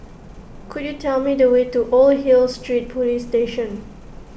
could you tell me the way to Old Hill Street Police Station